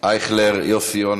אייכלר, יוסי יונה,